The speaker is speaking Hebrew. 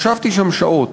ישבתי שם שעות,